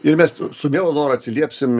ir mes su mielu noru atsiliepsim